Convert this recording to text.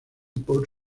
por